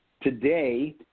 Today